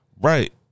Right